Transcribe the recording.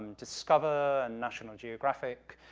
discover and national geographic.